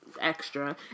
extra